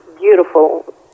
beautiful